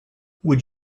would